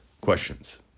questions